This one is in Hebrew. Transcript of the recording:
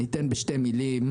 אנחנו,